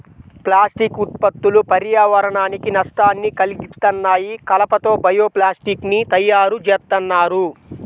plastic ఉత్పత్తులు పర్యావరణానికి నష్టాన్ని కల్గిత్తన్నాయి, కలప తో బయో ప్లాస్టిక్ ని తయ్యారుజేత్తన్నారు